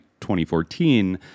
2014